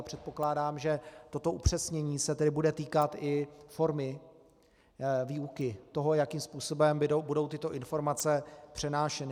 Předpokládám, že toto upřesnění se tedy bude týkat i formy výuky toho, jakým způsobem budou tyto informace přenášeny.